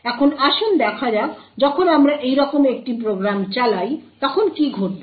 এখন আসুন দেখা যাক যখন আমরা এইরকম একটি প্রোগ্রাম চালাই তখন কী ঘটবে